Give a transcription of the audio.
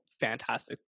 fantastic